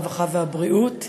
הרווחה והבריאות.